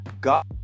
god